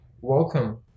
Welcome